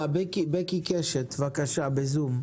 הדיון הזה מאוד מאוד חשוב,